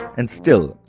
and still,